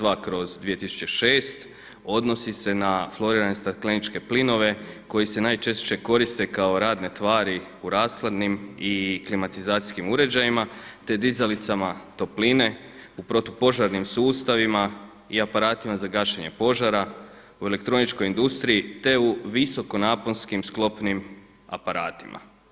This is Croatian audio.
2006. odnosi se na florirane stakleničke plinove koji se najčešće koriste kao radne tvari u rashladnim i klimatizacijskim uređajima, te dizalicama topline u protupožarnim sustavima i aparatima za gašenje požara, u elektroničkoj industriji, te u visokonaponskim sklopnim aparatima.